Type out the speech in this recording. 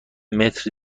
متر